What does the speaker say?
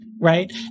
right